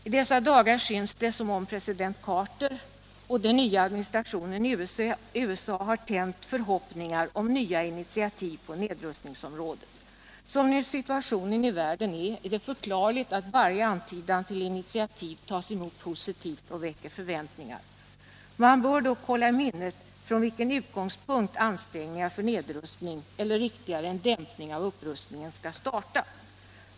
I dessa dagar syns det som om president Carter och den nya administrationen i USA har tänt förhoppningar om nya initiativ på nedrustningsområdet. Som situationen nu är i världen är det förklarligt att varje antydan till initiativ tas emot positivt och väcker förväntningar. Man bör dock hålla i minnet från vilken utgångspunkt ansträngningarna för en nedrustning -— eller riktigare en dämpning av upprustningen — skall starta.